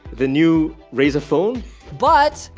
the new razor phone but,